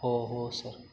हो हो सर